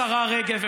השרה רגב.